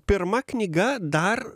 pirma knyga dar